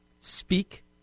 speak